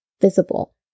visible